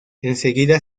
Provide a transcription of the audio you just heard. enseguida